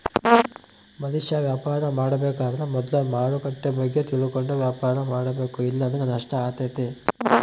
ಮನುಷ್ಯ ವ್ಯಾಪಾರ ಮಾಡಬೇಕಾದ್ರ ಮೊದ್ಲು ಮಾರುಕಟ್ಟೆ ಬಗ್ಗೆ ತಿಳಕಂಡು ವ್ಯಾಪಾರ ಮಾಡಬೇಕ ಇಲ್ಲಂದ್ರ ನಷ್ಟ ಆತತೆ